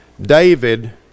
David